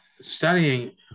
studying